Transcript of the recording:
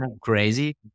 crazy